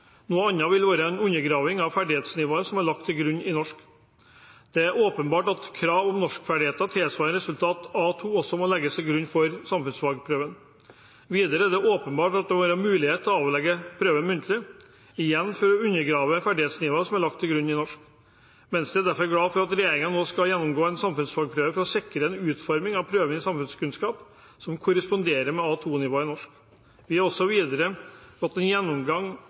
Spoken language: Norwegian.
Noe annet ville være en undergraving av ferdighetsnivået som er lagt til grunn i norsk. Det er åpenbart at krav om norskferdigheter tilsvarende resultat A2 også må legges til grunn for samfunnsfagprøven. Videre er det åpenbart at det bør være mulighet til å avlegge prøven muntlig, igjen for ikke å undergrave ferdighetsnivået som er lagt til grunn i norsk. Venstre er derfor glad for at regjeringen nå skal gjennomgå en samfunnsfagprøve for å sikre en utforming av prøven i samfunnskunnskap som korresponderer med A2-nivået i norsk. Vi er også for en gjennomgang